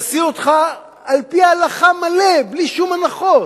ישיא אותך על-פי ההלכה, מלא, בלי שום הנחות.